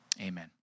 amen